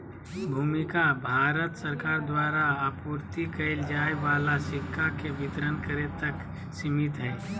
भूमिका भारत सरकार द्वारा आपूर्ति कइल जाय वाला सिक्का के वितरण करे तक सिमित हइ